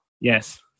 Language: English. Yes